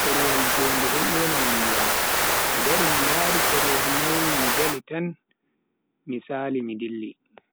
Korowol jonde do yona inde am, mi dari mi lari korowal mai mi jali tan mi Sali mi dilli.